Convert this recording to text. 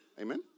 amen